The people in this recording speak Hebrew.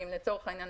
ואם לצורך העניין,